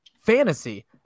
Fantasy